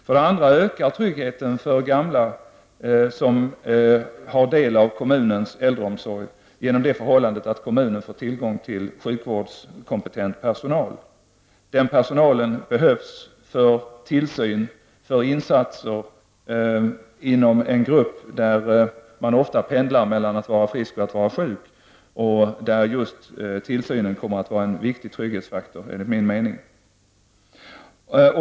För det andra ökar tryggheten för gamla som har del av kommunens äldreomsorg genom det förhållandet att kommunen får tillgång till sjukvårdskompetent personal. Den personalen behövs för tillsyn, för insatser inom en grupp där man ofta pendlar mellan att vara frisk och att vara sjuk och där just tillsynen enligt min mening kommer att vara en viktig trygghetsfaktor.